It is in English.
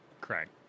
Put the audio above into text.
Correct